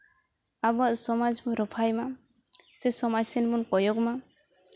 ᱟᱵᱚᱣᱟᱜ ᱥᱚᱢᱟᱡᱽ ᱵᱚᱱ ᱨᱚᱯᱷᱟᱭ ᱢᱟ ᱥᱮ ᱥᱚᱢᱟᱡᱽ ᱥᱮᱱ ᱵᱚᱱ ᱠᱚᱭᱚᱜ ᱢᱟ